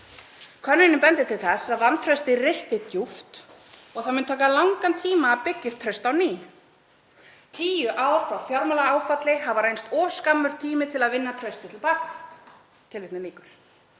Könnunin bendir til þess að vantraustið risti djúpt og að það muni taka langan tíma að byggja upp traust á ný. Tíu ár frá fjármálaáfalli hafa reynst of skammur tími til að vinna traustið til baka.“ Það var